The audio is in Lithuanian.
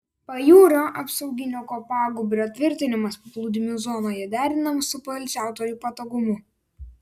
pajūrio apsauginio kopagūbrio tvirtinimas paplūdimių zonoje derinamas su poilsiautojų patogumu